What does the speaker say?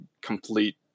complete